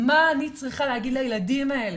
מה אני צריכה להגיד לילדים האלה,